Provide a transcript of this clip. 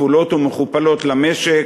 כפולות ומכופלות למשק,